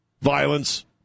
violence